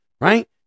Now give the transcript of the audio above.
right